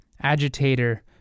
agitator